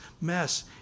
mess